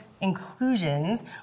inclusions